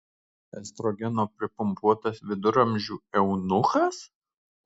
estrogeno pripumpuotas viduramžių eunuchas